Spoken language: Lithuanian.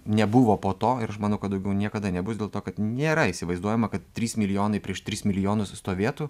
nebuvo po to ir aš manau kad daugiau niekada nebus dėl to kad nėra įsivaizduojama kad trys milijonai prieš tris milijonus stovėtų